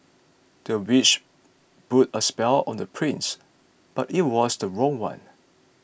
the witch put a spell on the prince but it was the wrong one